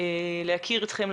להכיר אתכם,